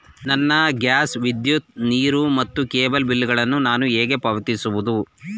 ನನ್ನ ಗ್ಯಾಸ್, ವಿದ್ಯುತ್, ನೀರು ಮತ್ತು ಕೇಬಲ್ ಬಿಲ್ ಗಳನ್ನು ನಾನು ಹೇಗೆ ಪಾವತಿಸುವುದು?